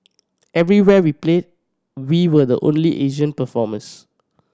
everywhere we played we were the only Asian performers